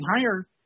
higher